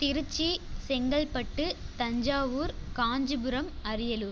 Trichy Chengalpattu Thanjavur Kanchipuram Ariyalur